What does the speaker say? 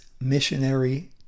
missionary